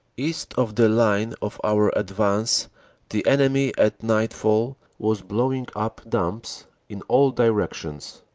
east of the line of our advance the enemy at nightfall was blowing up dumps in all directions,